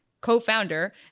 co-founder